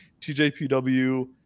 TJPW